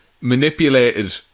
manipulated